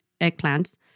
eggplants